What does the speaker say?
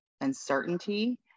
uncertainty